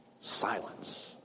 silence